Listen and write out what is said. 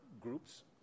groups